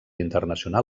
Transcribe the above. internacional